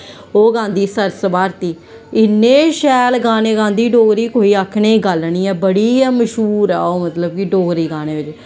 ओह् गांदी सरस भारती इ'न्ने शैल गाने गांदी डोगरी कोई आक्खने दी गल्ल नी ऐ बड़ी गै मश्हूर ऐ ओह् मतलब कि डोगरी गाने बिच्च